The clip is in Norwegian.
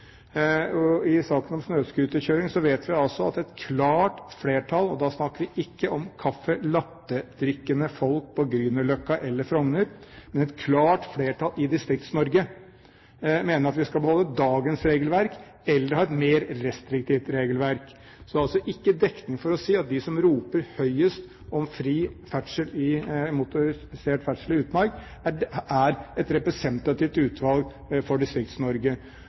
I saken om snøscooterkjøring vet vi at et klart flertall – og da snakker vi ikke om caffè latte-drikkende folk på Grünerløkka eller Frogner, men et klart flertall i Distrikts-Norge – mener at vi skal beholde dagens regelverk eller ha et mer restriktivt regelverk. Så det er altså ikke dekning for å si at de som roper høyest om fri motorisert ferdsel i utmark, er et representativt utvalg for